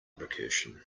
recursion